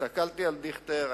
הסתכלתי על דיכטר,